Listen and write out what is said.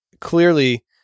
clearly